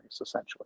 essentially